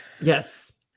yes